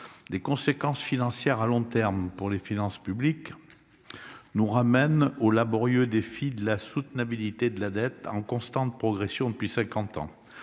les conséquences financières à long terme pour les finances publiques nous ramènent au laborieux défi de la soutenabilité de la dette, en constante progression depuis cinquante